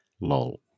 Lol